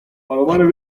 palomares